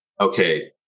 okay